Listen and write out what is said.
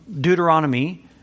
Deuteronomy